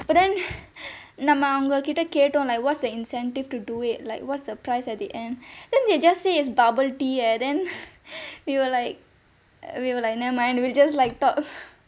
but then நம்ம அவங்க கிட்ட கேட்டோம்:namma avanga kitta kettom like what's the incentive to do it like what's the price at the end then they just say is bubble tea eh then we were like we were like never mind we'll just like talk